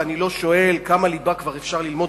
ואני לא שואל כמה ליבה כבר אפשר ללמוד